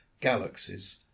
galaxies